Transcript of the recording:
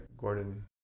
Gordon